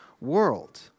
world